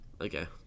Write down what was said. Okay